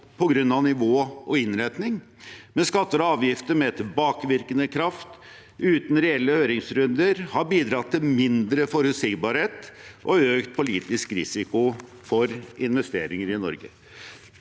på grunn av nivå og innretning, men skatter og avgifter med tilbakevirkende kraft og uten reelle høringsrunder har bidratt til mindre forutsigbarhet og økt politisk risiko for investeringer i Norge.